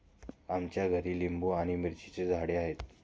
आमच्या घरी लिंबू आणि मिरचीची झाडे आहेत